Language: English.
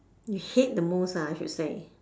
you hate the most ah I should say